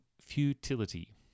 futility